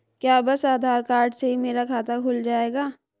क्या बस आधार कार्ड से ही मेरा खाता खुल जाएगा?